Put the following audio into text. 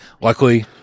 Luckily